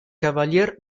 cavalier